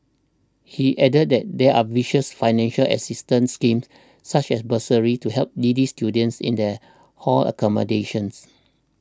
he added that there are vicious financial assistance schemes such as bursaries to help needy students in their hall accommodations